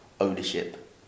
ownership